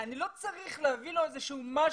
אני לא צריך להביא לו איזשהו משהו.